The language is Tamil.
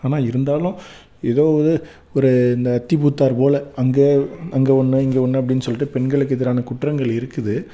ஆனால் இருந்தாலும் எதோ ஒரு ஒரு இந்த அத்தி பூத்தார் போல் அங்கே அங்கே ஒன்று இங்கே ஒன்று அப்படினு சொல்லிவிட்டு பெண்களுக்கு எதிரானா குற்றங்கள் இருக்குது